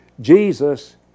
Jesus